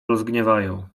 rozgniewają